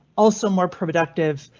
also more productive.